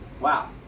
Wow